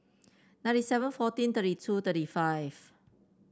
ninety seven fourteen thirty two thirty five